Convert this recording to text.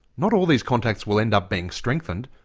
not all these contacts will end up being strengthened,